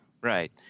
Right